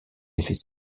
effets